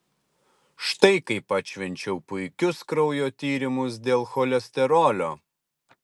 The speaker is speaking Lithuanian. štai kaip atšvenčiau puikius kraujo tyrimus dėl cholesterolio